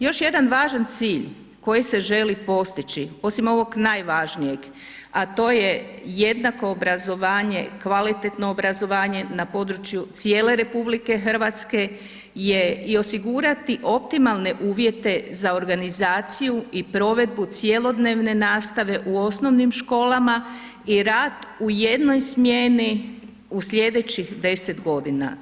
Još jedan važan cilj koji se želi postići osim ovog najvažnijeg a to je jednako obrazovanje, kvalitetno obrazovanje na području cijele RH je i osigurati optimalne uvjete za organizaciju i provedbu cjelodnevne nastavne u osnovnim školama i rad u jednoj smjeni u slijedećih 10 godina.